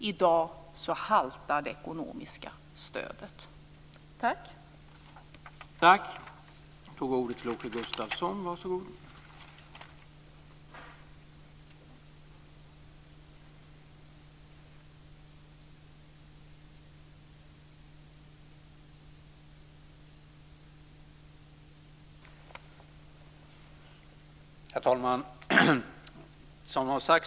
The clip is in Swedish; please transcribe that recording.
I dag haltar det ekonomiska stödet. Tack!